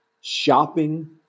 shopping